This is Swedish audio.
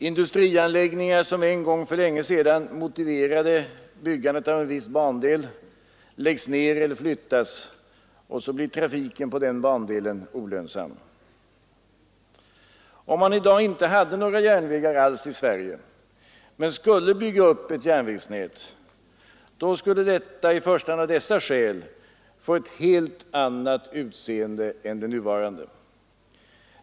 Industrianläggningar, som en gång för länge sedan motiverade byggandet av en viss bandel, läggs ned eller flyttas, och så blir trafiken på den bandelen olönsam. Om man i dag inte alls hade några järnvägar i Sverige men skulle bygga upp ett järnvägsnät, då skulle detta i första hand av dessa skäl få ett helt annat utseende än det nuvarande.